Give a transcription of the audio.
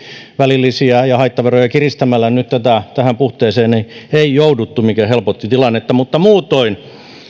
välillisiä ja haittaveroja kiristämällä nyt tähän puhteeseen ei jouduttu mikä helpotti tilannetta mutta muutoin